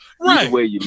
Right